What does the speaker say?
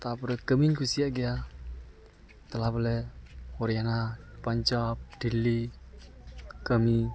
ᱛᱟᱯᱚᱨᱮ ᱠᱟᱹᱢᱤᱧ ᱠᱩᱥᱤᱭᱟᱜ ᱜᱮᱭᱟ ᱫᱮᱞᱟ ᱵᱚᱞᱮ ᱦᱚᱨᱤᱭᱟᱱᱟ ᱯᱟᱧᱡᱟᱵᱽ ᱫᱤᱞᱞᱤ ᱠᱟᱹᱢᱤ